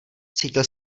cítil